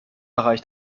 reicht